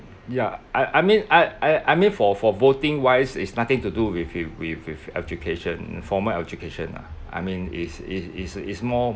ya I I mean I I I mean for for voting wise it's nothing to do with with with with education formal education ah I mean it's it's it's it's more